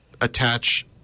attach